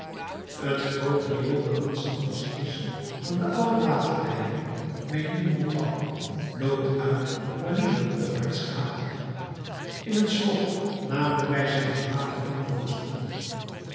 het groote riool dat niets anders is dan de oude waterleiding menilmontant loopt uit wanneer men opwaarts gaat in een slop namelijk bij zijn voormalig aanvangspunt